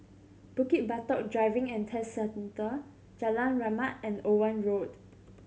Bukit Batok Driving and Test Centre Jalan Rahmat and Owen Road